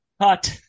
hot